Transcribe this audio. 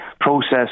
process